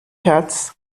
cats